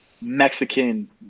Mexican